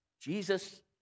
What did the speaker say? Jesus